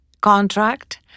contract